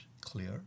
clear